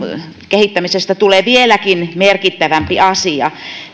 kehittämisestä tulee vieläkin merkittävämpi asia